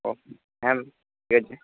ও হ্যাঁ ম্যাম ঠিক আছে